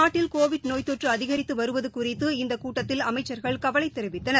நாட்டில் கோவிட் நோய் தொற்றுஅதிகித்துவருவதுகுறித்து இந்தகூட்டத்தில் அமைச்சர்கள் கவலைதெரிவித்தனர்